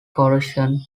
corrosion